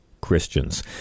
Christians